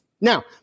Now